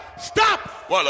Stop